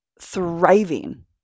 thriving